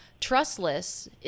trustless